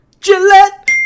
Gillette